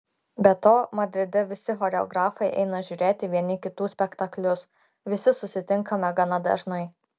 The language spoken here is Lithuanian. be to madride visi choreografai eina žiūrėti vieni kitų spektaklius visi susitinkame gana dažnai